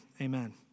amen